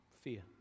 Fear